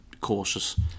cautious